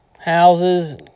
houses